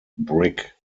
brick